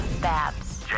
Babs